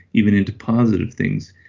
even into positive things.